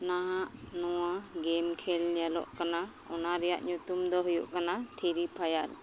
ᱱᱟᱦᱟᱜ ᱱᱚᱣᱟ ᱜᱮᱢ ᱠᱷᱮᱞ ᱧᱮᱞᱚᱜ ᱠᱟᱱᱟ ᱚᱱᱟ ᱨᱮᱭᱟᱜ ᱧᱩᱛᱩᱢᱫᱚ ᱦᱩᱭᱩᱜ ᱠᱟᱱᱟ ᱯᱷᱨᱤ ᱯᱷᱟᱭᱟᱨ